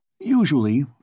Usually